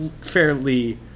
fairly